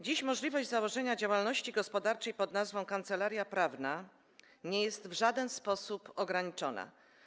Dziś możliwość założenia działalności gospodarczej pn. „kancelaria prawna” nie jest w żaden sposób ograniczona.